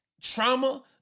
trauma